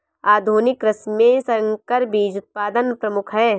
आधुनिक कृषि में संकर बीज उत्पादन प्रमुख है